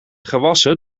gewassen